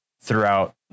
throughout